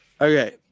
Okay